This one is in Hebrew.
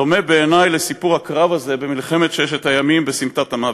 דומים בעיני לסיפור הקרב הזה במלחמת ששת הימים ב"סמטת המוות".